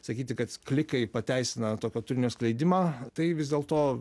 sakyti kad klikai pateisina tokio turinio skleidimą tai vis dėlto